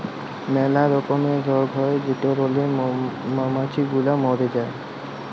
ম্যালা রকমের রগ হ্যয় যেটরলে মমাছি গুলা ম্যরে যায়